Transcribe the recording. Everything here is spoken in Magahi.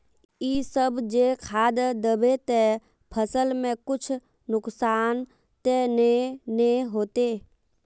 इ सब जे खाद दबे ते फसल में कुछ नुकसान ते नय ने होते